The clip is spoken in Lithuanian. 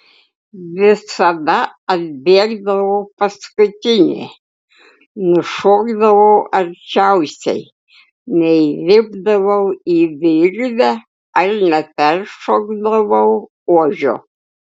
visada atbėgdavau paskutinė nušokdavau arčiausiai neįlipdavau į virvę ar neperšokdavau ožio